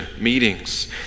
meetings